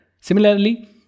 Similarly